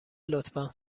لطفا